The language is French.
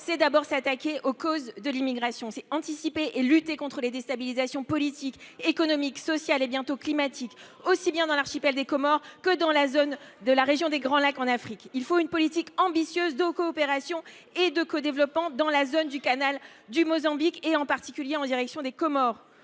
c’est d’abord s’attaquer aux causes de l’immigration : anticiper pour mieux prévenir les déstabilisations politiques, économiques, sociales et bientôt climatiques dans l’archipel des Comores comme dans la région des Grands Lacs. Il faut mener une politique ambitieuse de coopération et de codéveloppement dans la zone du canal du Mozambique, en particulier avec les Comores.